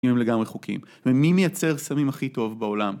אם הם לגמרי חוקיים, ומי מייצר סמים הכי טוב בעולם?